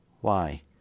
Why